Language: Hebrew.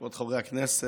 כבוד חברי הכנסת,